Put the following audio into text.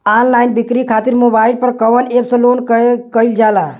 Online बिक्री खातिर mobile पर कवना एप्स लोन कईल जाला?